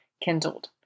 kindled